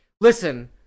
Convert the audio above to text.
Listen